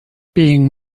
being